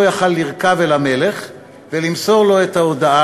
יכול לרכוב אל המלך ולמסור לו את ההודעה,